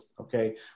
okay